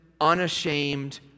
unashamed